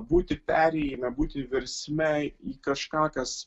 būti perėjime būti virsme į kažką kas